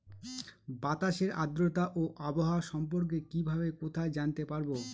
বাতাসের আর্দ্রতা ও আবহাওয়া সম্পর্কে কিভাবে কোথায় জানতে পারবো?